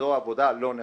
זו עבודה לא נכונה,